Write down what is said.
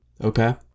Okay